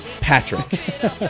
Patrick